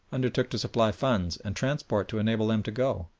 undertook to supply funds and transport to enable them to go,